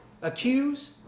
Accuse